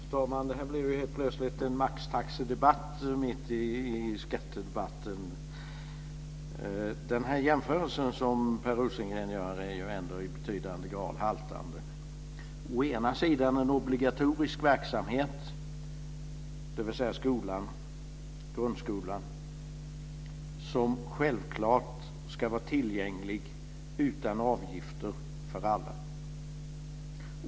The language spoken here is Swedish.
Fru talman! Det här blev plötsligt en maxtaxedebatt mitt i skattedebatten. Den jämförelse som Per Rosengren gör är ju i hög grad haltande. Å ena sidan finns det en obligatorisk verksamhet, dvs. skolan, som självfallet ska vara avgiftsfri och tillgänglig för alla.